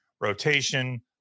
rotation –